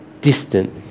distant